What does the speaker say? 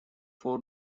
four